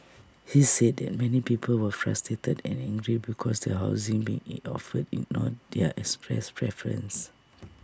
he said that many people were frustrated and angel because the housing being offered ignored their expressed preferences